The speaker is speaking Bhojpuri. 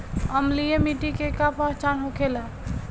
अम्लीय मिट्टी के का पहचान होखेला?